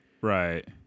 Right